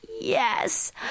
Yes